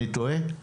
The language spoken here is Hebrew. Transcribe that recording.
אני טועה?